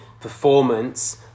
performance